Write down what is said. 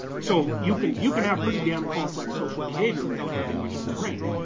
so you can you can have pretty damn complex social behavior without having much of a brain.